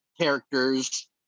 characters